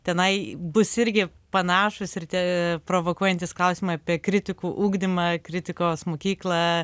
tenai bus irgi panašūs ir tie provokuojantys klausimai apie kritikų ugdymą kritikos mokyklą